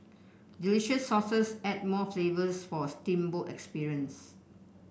delicious sauces add more flavours for a steamboat experience